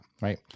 right